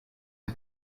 des